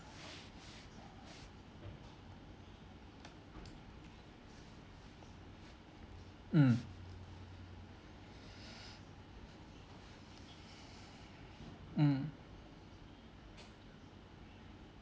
mm mm